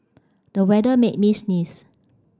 the weather made me sneeze